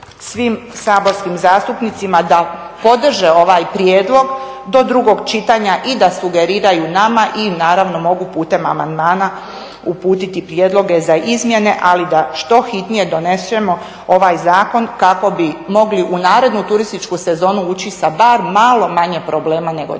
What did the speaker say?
svim saborskim zastupnicima da podrže ovaj prijedlog do drugog čitanja i da sugeriraju nama i naravno mogu putem amandmana uputiti prijedloge za izmjene, ali da što hitnije donesemo ovaj zakon kako bi mogli u narednu turističku sezonu ući sa bar malo manje problema nego do